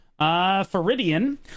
feridian